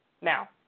Now